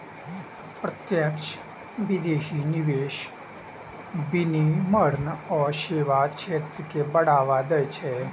प्रत्यक्ष विदेशी निवेश विनिर्माण आ सेवा क्षेत्र कें बढ़ावा दै छै